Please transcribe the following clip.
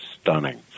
stunning